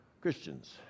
christians